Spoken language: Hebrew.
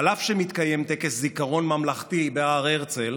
אף שמתקיים טקס זיכרון ממלכתי בהר הרצל,